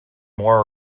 more